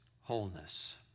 wholeness